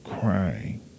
Crying